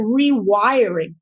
rewiring